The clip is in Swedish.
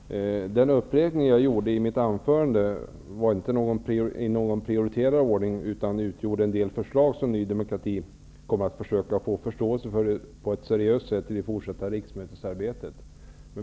Herr talman! Den uppräkning jag gjorde i mitt anförande var inte i någon prioriterad ordning, utan det var en redovisning av en del förslag som Ny demokrati kommer att försöka få förståelse för på ett seriöst sätt i det fortsatta riksdagsarbetet.